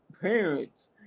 parents